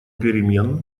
перемен